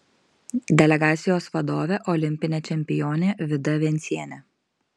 delegacijos vadovė olimpinė čempionė vida vencienė